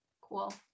Cool